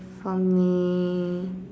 for me